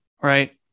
right